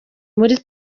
kuri